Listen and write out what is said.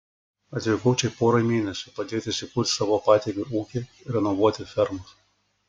atvykau čia porai mėnesių padėti įsikurti savo patėviui ūkį renovuoti fermas